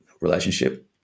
relationship